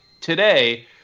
today